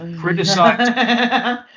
criticized